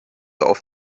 auf